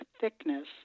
thickness